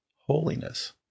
holiness